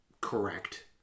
correct